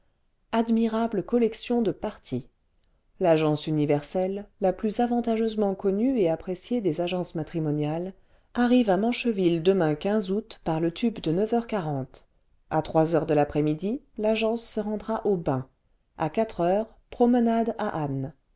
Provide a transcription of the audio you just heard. admirable collection de partis l'agence universelle la plus avantageusement connue et appréciée des agences matrimoniales arrive à mancheville demain l o août par le tube de h à h de l'après-midi l'agence se rendra au bain a h promenade à ânes